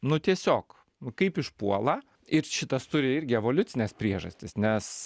nu tiesiog nu kaip išpuola ir šitas turi irgi evoliucines priežastis nes